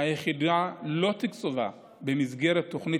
היחידה לא תוקצבה במסגרת תוכנית